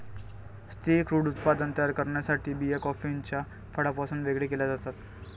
स्थिर क्रूड उत्पादन तयार करण्यासाठी बिया कॉफीच्या फळापासून वेगळे केल्या जातात